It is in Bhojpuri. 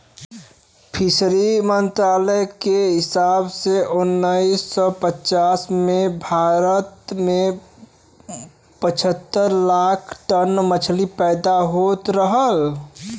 फिशरी मंत्रालय के हिसाब से उन्नीस सौ पचास में भारत में पचहत्तर लाख टन मछली पैदा होत रहल